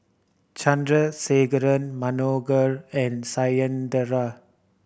Chandrasekaran Manohar and Satyendra